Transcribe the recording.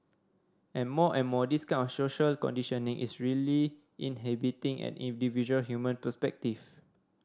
and more and more this kind of social conditioning is really inhibiting an individual human perspective